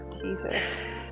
Jesus